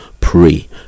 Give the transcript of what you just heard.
pray